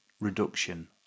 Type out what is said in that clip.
Reduction